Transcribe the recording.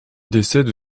décède